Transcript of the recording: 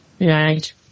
Right